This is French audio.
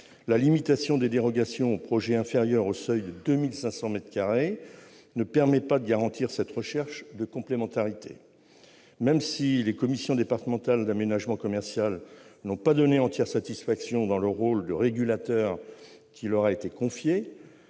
La limitation des dérogations aux projets inférieurs au seuil de 2 500 mètres carrés ne permet pas de garantir cette recherche de complémentarité. Même si les commissions départementales d'aménagement commercial n'ont pas donné entière satisfaction dans le rôle de régulateur qui leur a été confié,